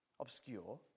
obscure